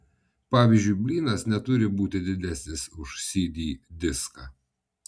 pavyzdžiui blynas neturi būti didesnis už cd diską